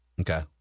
Okay